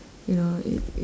you know it it